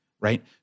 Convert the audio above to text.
Right